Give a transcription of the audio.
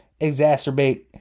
exacerbate